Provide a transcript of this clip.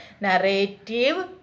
narrative